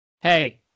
Hey